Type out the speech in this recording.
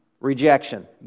Rejection